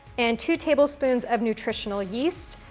and two tablespoons of nutritional yeast,